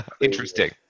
interesting